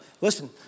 listen